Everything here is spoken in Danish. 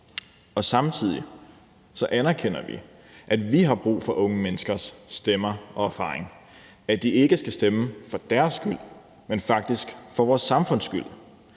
Samtidig anerkender vi, at vi har brug for unge menneskers stemmer og erfaring, at de ikke skal stemme for deres egen skyld, men faktisk for vores samfunds skyld.